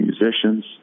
musicians